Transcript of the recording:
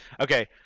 Okay